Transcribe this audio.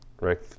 Rick